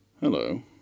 hello